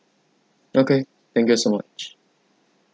okay thank you so much